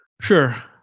Sure